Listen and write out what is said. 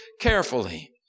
carefully